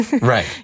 Right